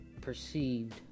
perceived